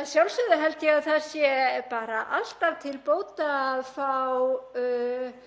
að sjálfsögðu held ég að það sé bara alltaf til bóta að fá